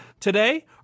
Today